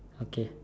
okay